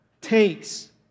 takes